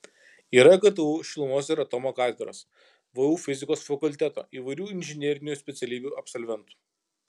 yra ktu šilumos ir atomo katedros vu fizikos fakulteto įvairių inžinerinių specialybių absolventų